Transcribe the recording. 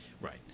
Right